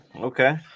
okay